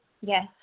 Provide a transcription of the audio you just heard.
yes